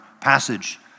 passage